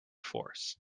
force